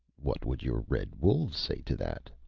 what would your red wolves say to that?